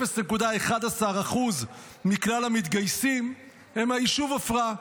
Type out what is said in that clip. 0.11% מכלל המתגייסים הם מהיישוב עפרה.